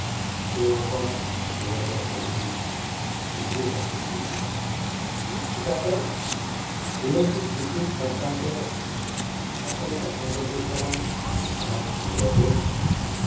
ᱥᱮᱨᱚᱠᱚᱢ ᱱᱤᱭᱟᱹ ᱫᱚ ᱟᱹᱰᱤ ᱥᱚᱡᱷᱮ ᱦᱚᱸ ᱥᱚᱡᱷᱮ ᱜᱮᱭᱟ ᱪᱮᱠᱟᱛᱮ ᱱᱤᱭᱟᱹ ᱠᱚ ᱪᱮᱪᱮᱫ ᱵᱟᱠᱷᱨᱟᱛᱮ ᱟᱥᱚᱞ ᱠᱟᱛᱷᱟ ᱫᱚ ᱦᱩᱭᱩᱜ ᱠᱟᱱᱟ ᱟᱢᱟᱜ ᱢᱚᱱᱚᱡᱳᱜᱽ